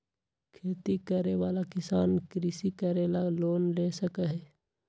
खेती करे वाला किसान कृषि करे ला लोन ले सका हई